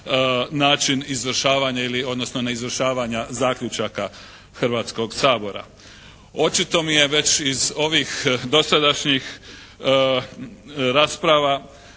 način izvršavanja, odnosno neizvršavanja zaključaka Hrvatskoga sabora. Očito mi je već iz ovih dosadašnjih rasprava